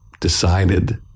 decided